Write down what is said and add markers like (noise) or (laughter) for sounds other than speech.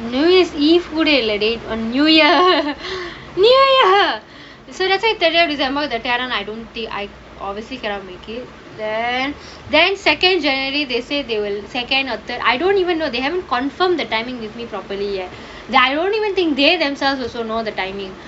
new year's eve முடியல்லடி:mudiyalladi on new year (noise) new year so that's why thirtieth december I don't think I obviously cannot make it then then second january they say they will second or third I don't even know they haven't confirmed the timing with me properly I don't even think they themselves also know the timing